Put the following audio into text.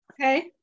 Okay